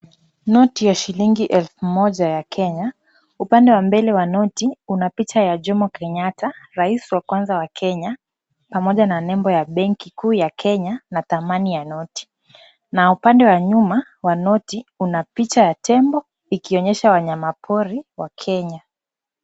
Noti ya shilingi elfu moja ya Kenya. Upande wa mbele wa noti, una picha ya Jomo Kenyatta, rais wa kwanza wa Kenya, pamoja na nembo ya benki kuu ya Kenya, na thamani ya noti na upande wa nyuma wa noti, una picha ya tembo, ikionyesha wanyama pori wa Kenya.